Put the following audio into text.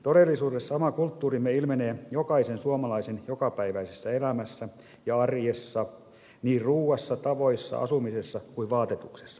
todellisuudessa oma kulttuurimme ilmenee jokaisen suomalaisen jokapäiväisessä elämässä ja arjessa niin ruuassa tavoissa asumisessa kuin vaatetuksessakin